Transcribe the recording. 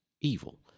evil